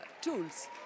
tools